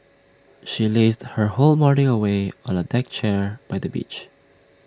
she lazed her whole morning away on A deck chair by the beach